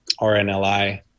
RNLI